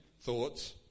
thoughts